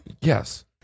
yes